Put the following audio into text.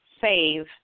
save